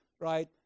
right